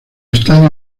estadio